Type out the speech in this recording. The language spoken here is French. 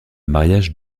mariage